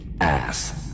ass